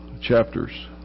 chapters